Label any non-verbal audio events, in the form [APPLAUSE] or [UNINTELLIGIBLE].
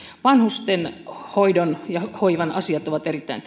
vanhusten hoidon ja hoivan asiat ovat erittäin [UNINTELLIGIBLE]